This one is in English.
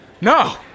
No